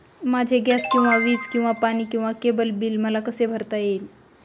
माझे गॅस किंवा वीज किंवा पाणी किंवा केबल बिल मला कसे भरता येईल?